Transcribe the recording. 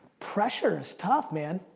pressure's tough man.